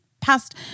past